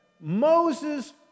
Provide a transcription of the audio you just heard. Moses